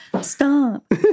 stop